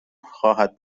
خواهد